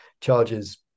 charges